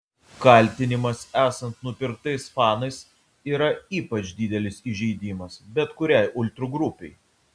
kaltinimas esant nupirktais fanais yra ypač didelis įžeidimas bet kuriai ultrų grupei